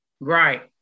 Right